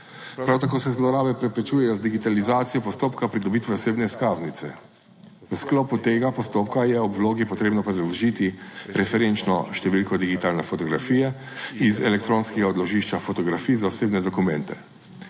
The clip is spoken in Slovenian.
Prav tako se zlorabe preprečujejo z digitalizacijo postopka pridobitve osebne izkaznice. V sklopu tega postopka je ob vlogi potrebno predložiti referenčno številko digitalne fotografije iz elektronskega odložišča fotografij za osebne dokumente.